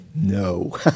No